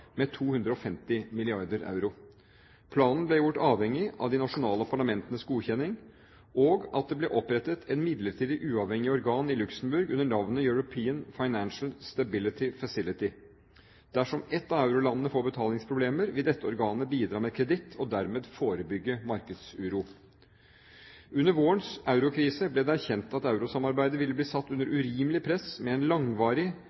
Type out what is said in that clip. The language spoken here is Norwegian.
med 250 mrd. euro. Planen ble gjort avhengig av de nasjonale parlamentenes godkjenning og at det ble opprettet et midlertidig uavhengig organ i Luxemburg under navnet The European Financial Stability Facility. Dersom ett av eurolandene får betalingsproblemer, vil dette organet bidra med kreditt og dermed forebygge markedsuro. Under vårens eurokrise ble det erkjent at eurosamarbeidet ville bli satt under urimelig press med en langvarig